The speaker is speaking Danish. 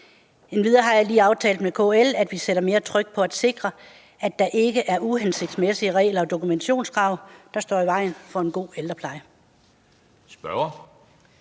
Endvidere har jeg lige aftalt med KL, at vi sætter mere tryk på at sikre, at der ikke er uhensigtsmæssige regler og dokumentationskrav, der står i vejen for en god ældrepleje.